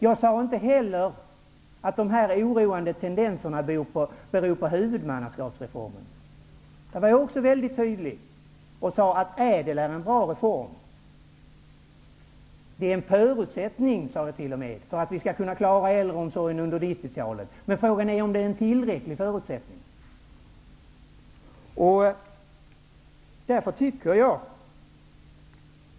Jag sade heller inte att dessa oroande tendenser beror på huvudmannaskapsreformen. Jag var mycket tydlig, och jag sade att ÄDEL är en bra reform. Jag sade t.o.m. att den är en förutsättning för att vi skall kunna klara av äldreomsorgen under 90-talet. Frågan är om det är en tillräcklig förutsättning.